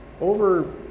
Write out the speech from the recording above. over